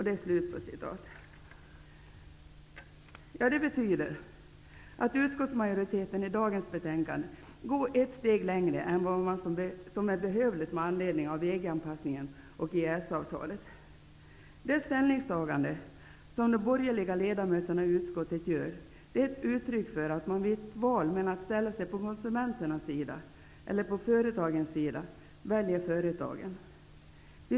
Det här betyder att utskottsmajoriteten i dagens betänkande går ett steg längre än vad som är behövligt med anledning av EG-anpassningen och EES-avtalet. Det ställningstagande som de borgerliga ledamöterna i utskottet gör är ett uttryck för att vid ett val mellan att ställa sig på konsumenternas sida eller på företagens sida väljer de att ställa sig på företagens sida.